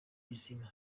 bizima